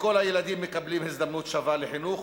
שכל הילדים מקבלים הזדמנות שווה לחינוך